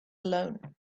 alone